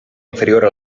inferiore